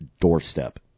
doorstep